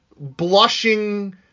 blushing